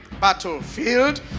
battlefield